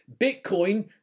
Bitcoin